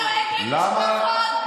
אדוני היושב-ראש.